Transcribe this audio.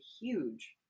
huge